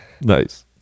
Nice